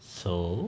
so